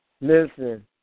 listen